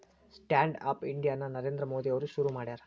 stand up India ನ ನರೇಂದ್ರ ಮೋದಿ ಅವ್ರು ಶುರು ಮಾಡ್ಯಾರ